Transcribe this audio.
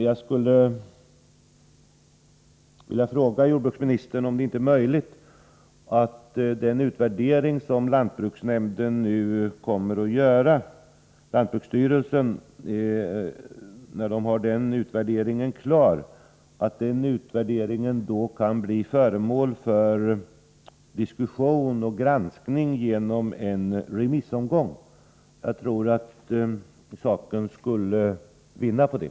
Jag skulle vilja fråga jordbruksministern om det inte är möjligt att låta den utvärdering som lantbruksstyrelsen nu kommer att göra bli föremål för diskussion och granskning genom en remissomgång när den är klar. Jag tror att saken skulle vinna på det.